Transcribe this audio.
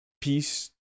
peace